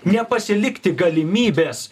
nepasilikti galimybės